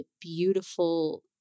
beautiful